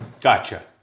Gotcha